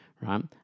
right